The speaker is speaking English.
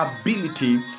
ability